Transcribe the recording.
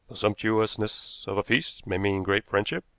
the sumptuousness of a feast may mean great friendship,